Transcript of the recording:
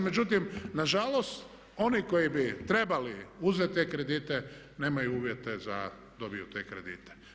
Međutim, na žalost oni koji bi trebali uzeti te kredite nemaju uvjete da dobiju te kredite.